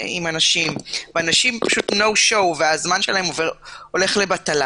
אנשים והם לא מגיעים והזמן שלהן מתבטל,